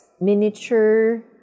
miniature